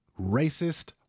racist